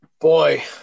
Boy